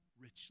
richly